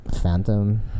Phantom